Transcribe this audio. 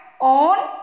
on